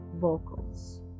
vocals